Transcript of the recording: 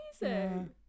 amazing